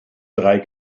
drei